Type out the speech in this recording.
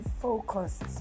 focused